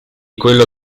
quello